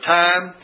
time